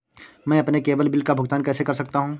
मैं अपने केवल बिल का भुगतान कैसे कर सकता हूँ?